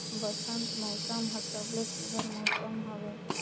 बंसत मउसम हर सबले सुग्घर मउसम हवे